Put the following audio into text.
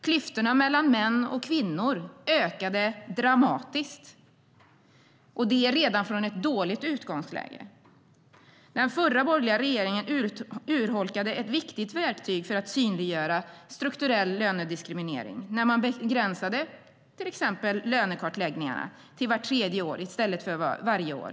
Klyftorna mellan män och kvinnor ökade dramatiskt, och det från ett redan dåligt utgångsläge. Den förra borgerliga regeringen urholkade ett viktigt verktyg för att synliggöra strukturell lönediskriminering när man begränsade lönekartläggningarna till vart tredje år i stället för varje år.